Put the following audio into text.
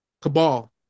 Cabal